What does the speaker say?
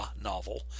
novel